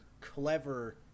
clever